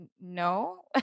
no